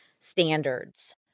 standards